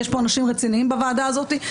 יש פה אנשים רציניים בוועדה הזאת,